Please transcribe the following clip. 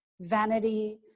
vanity